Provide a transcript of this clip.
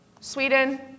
Sweden